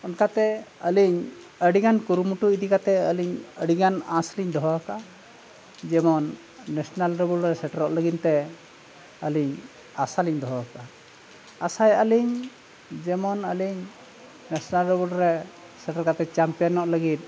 ᱚᱱᱠᱟᱛᱮ ᱟᱹᱞᱤᱧ ᱟᱹᱰᱤᱜᱟᱱ ᱠᱩᱨᱩᱢᱩᱴᱩ ᱤᱫᱤ ᱠᱟᱛᱮ ᱟᱹᱞᱤᱧ ᱟᱹᱰᱤᱜᱟᱱ ᱟᱸᱥᱞᱤᱧ ᱫᱚᱦᱚ ᱟᱠᱟᱫᱟ ᱡᱮᱢᱚᱱ ᱱᱮᱥᱱᱮᱞ ᱞᱮᱵᱮᱞ ᱨᱮ ᱥᱮᱴᱮᱨᱚᱜ ᱞᱟᱹᱜᱤᱫᱼᱛᱮ ᱟᱹᱞᱤᱧ ᱟᱥᱟᱞᱤᱧ ᱫᱚᱦᱚ ᱟᱠᱟᱫᱟ ᱟᱥᱟᱭᱮᱫᱟᱹᱞᱤᱧ ᱡᱮᱢᱚᱱ ᱟᱹᱞᱤᱧ ᱱᱮᱥᱱᱮᱞ ᱞᱮᱵᱮᱞ ᱨᱮ ᱥᱮᱴᱮᱨ ᱠᱟᱛᱮ ᱪᱟᱢᱯᱤᱭᱟᱱᱚᱜ ᱞᱟᱹᱜᱤᱫ